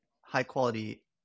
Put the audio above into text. high-quality